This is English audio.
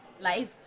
life